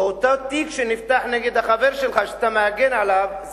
ואותו תיק שנפתח נגד החבר שלך שאתה מגן עליו,